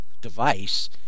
device